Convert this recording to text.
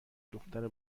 دختر